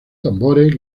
tambores